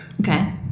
Okay